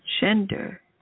gender